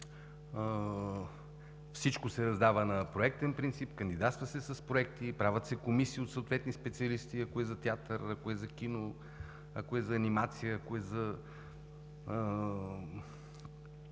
Всичко се раздава на проектен принцип: кандидатства се с проекти, правят се комисии от съответни специалисти – ако е за театър, ако е за кино, ако е за анимация, ако е за